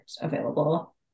available